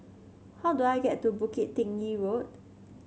how do I get to Bukit Tinggi Road